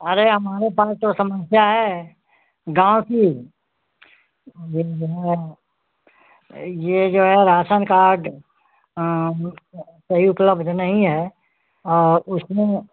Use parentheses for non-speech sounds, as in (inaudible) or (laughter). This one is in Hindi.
अरे हमारे पास तो समस्या है गाँव की (unintelligible) ये जो है राशन कार्ड (unintelligible) सही उपलब्ध नहीं है उसमें